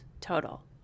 total